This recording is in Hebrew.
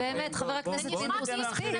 באמת, חבר הכנסת פינדרוס, מספיק.